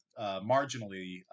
marginally